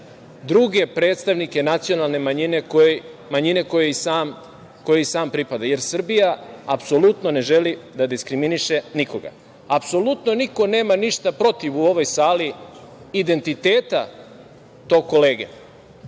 druge predstavnike nacionalne manjine kojoj i sam pripada. Srbija apsolutno ne želi da diskriminiše nikoga. Apsolutno niko nema ništa protiv u ovoj sali identiteta tog kolege,